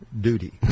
Duty